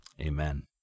amen